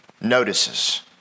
notices